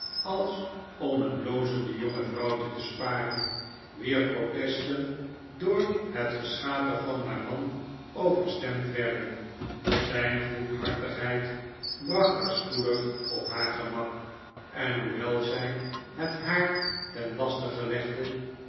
als om het blozende jonge vrouwtje te sparen wier protesten door het geschater van haar man overstemd werden zijn goedhartigheid bracht haar spoedig op haar gemak en hoewel zij het haar ten laste gelegde